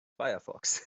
firefox